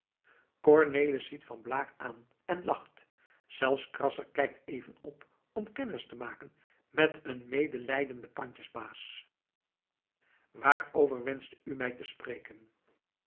cornelis ziet van blaak aan en lacht zelfs krasser kijkt even op om kennis te maken met een medelijdenden pandjesbaas waarover wenschte u mij te spreken